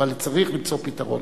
אבל צריך למצוא פתרון.